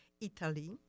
italy